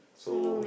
so